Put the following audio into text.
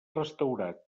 restaurat